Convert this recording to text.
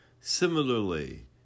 Similarly